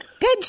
Good